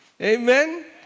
amen